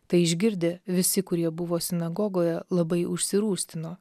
tai išgirdę visi kurie buvo sinagogoje labai užsirūstino